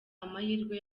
amahirwe